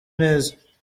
neza